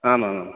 आम् आम् आम्